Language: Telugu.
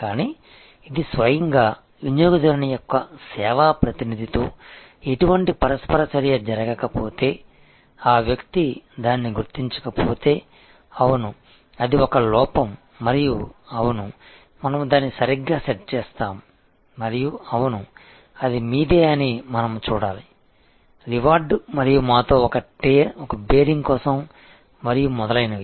కానీ ఇది స్వయంగా వినియోగదారుని యొక్క సేవా ప్రతినిధితో ఎటువంటి పరస్పర చర్య జరగకపోతే ఆ వ్యక్తి దానిని గుర్తించకపోతే అవును అది ఒక లోపం మరియు అవును మనము దాన్ని సరిగ్గా సెట్ చేస్తాము మరియు అవును అది మీదే అని మనము చూడాలి రివార్డ్ మరియు మాతో ఒక బేరింగ్ కోసం మరియు మొదలైనవి